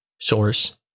source